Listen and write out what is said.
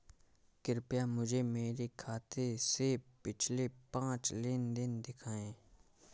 कृपया मुझे मेरे खाते से पिछले पांच लेन देन दिखाएं